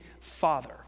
father